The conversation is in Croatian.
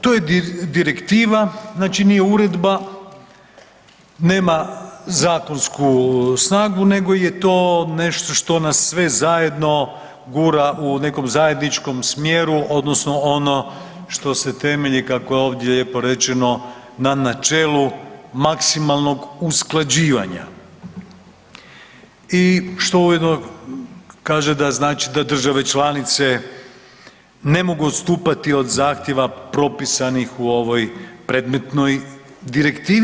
To je direktivna nije uredba, nema zakonsku snagu nego je to što nas sve zajedno gura u nekom zajedničkom smjeru odnosno ono što se temelji kako je ovdje lijepo rečeno na načelu maksimalnog usklađivanja i što ujedno kaže da znači da države članice ne mogu odstupati od zahtjeva propisanih u ovoj predmetnoj direktivi.